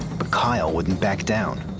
but kyle wouldn't back down.